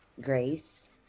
Grace